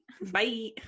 Bye